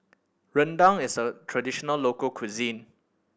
rendang is a traditional local cuisine